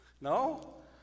No